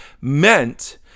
meant